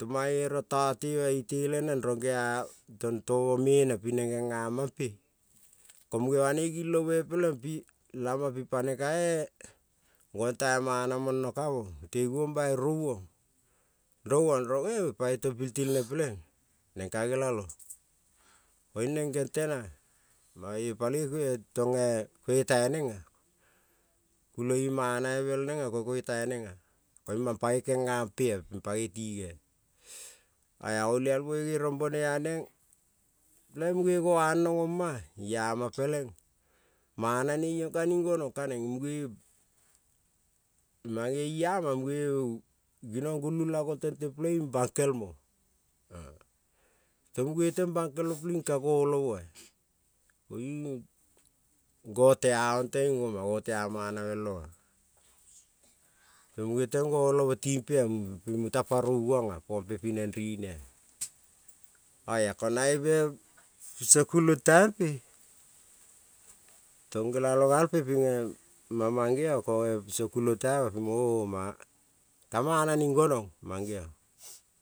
tong mange rong tong tema tele neng rong gea tong tomo me-neng ping neng genga mampe, ko munge banoi gilome peleng pi lamang pi pane kae gontai mana mona ka-mo mute givong bai ro-vong, ro-vong nong ere paito piti neng peleng neng ka gelalo, koiung neng genteng nae paloi tonge koita neng-a gulol manave bel neng-a ko koita neng-a, koiung mang paei kengampe paei ti-nge-a, oia olialmoi rong bone a-neng peleng muge go-anong oma-a ima peleng, mana ne iong kaning gonong aneng muge mange ima muge ginong gulung kagol tente peleng-ing bankel mo, tong muge teng bankel peleng-ing ka go olomo-a koiung go tea-ong teng oma gotea manavel-ong-a muge teng go olomo timpe-a ping mutapa rouvong-a pompe pi neng rine-a, oia ko nae piso kulong taimpe, tong gelalo galpe ping-e ma-mangeong konge piso kulong taima ping o-o ma-a ka mana ning gonong mangeon.